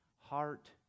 heart